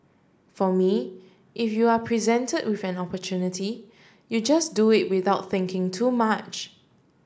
for me if you are presented with an opportunity you just do it without thinking too much